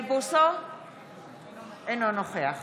אינו נוכח